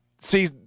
see